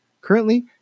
Currently